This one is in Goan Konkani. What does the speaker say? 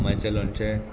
मांयचें लोणचें